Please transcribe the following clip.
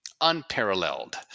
unparalleled